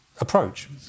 approach